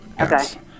Okay